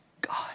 God